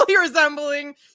resembling